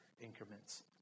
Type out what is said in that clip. increments